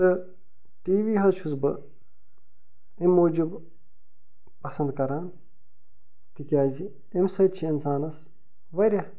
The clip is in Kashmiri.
تہٕ ٹی وی حظ چھُس بہٕ امہِ موجوٗب پسند کران تِکیازِ امہِ سۭتۍ چھِ اِنسانس وارِیاہ